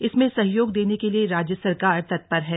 इसमें सहयोग देने के लिए राज्य सरकार तत्पर है